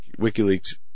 WikiLeaks